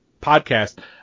podcast